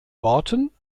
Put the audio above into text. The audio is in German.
worten